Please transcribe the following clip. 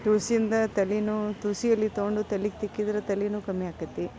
ತುಳಸಿಯಿಂದ ತಲೆನೋವು ತುಳಸಿ ಎಲೆ ತೊಗೊಂಡು ತಲೆಗ್ ತಿಕ್ಕಿದ್ರೆ ತಲೆನೋವ್ ಕಮ್ಮಿಯಕ್ಕತಿ